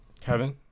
Kevin